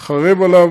חרב עליו,